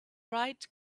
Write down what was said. bright